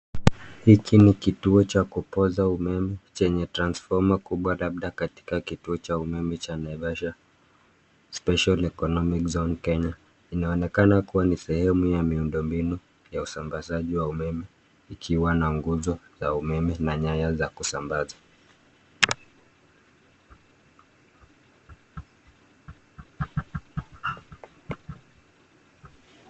Hiki ni kituo cha kupoza umeme chenye transformer kubwa labda katika kituo cha umeme cha Naivasha Special Economic Zone Kenya. Inaonekana kuwa ni sehemu ya miundo mbinu ya usambazaji wa umeme ikiwa na nguzo ya umeme na nyaya za kusambaza.